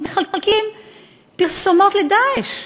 מחלקים פרסומות ל"דאעש",